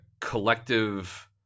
collective –